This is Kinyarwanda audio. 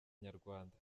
nyarwanda